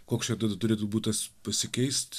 koks čia tada turėtų būt tas pasikeist